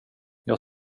jag